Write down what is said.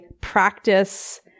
practice